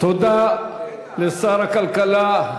תודה לשר הכלכלה,